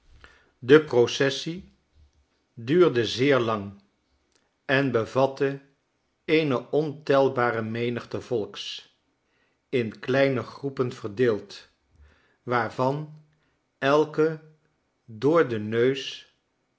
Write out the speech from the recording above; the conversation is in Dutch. de processie duurde zeer lang en bevatte eene ontelbare menigte volks in kleine groepen verdeeld waarvan elke door den neus